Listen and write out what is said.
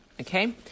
okay